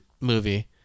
movie